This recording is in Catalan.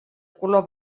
color